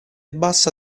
bassa